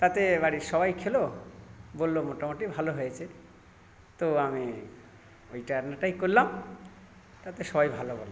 তাতে বাড়ির সবাই খেলো বলল মোটামুটি ভালো হয়েছে তো আমি ওইটা রান্নাটাই করলাম তাতে সবাই ভালো বলল